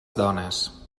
dones